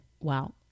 wow